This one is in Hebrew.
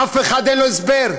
אף אחד אין לו הסבר?